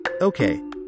Okay